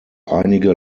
einige